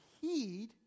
heed